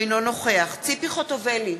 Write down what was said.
אינו נוכח ציפי חוטובלי,